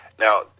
Now